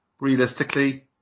realistically